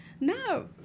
no